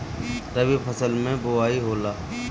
रबी फसल मे बोआई होला?